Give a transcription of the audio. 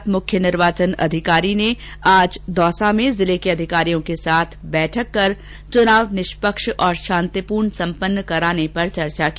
इसके बाद मुख्य निर्वाचन अधिकारी ने आज दौसा में जिले के अधिकारियों के साथ बैठक करके चुनाव निष्पक्ष और शांतिपूर्ण सम्पन्न कराने पर चर्चा की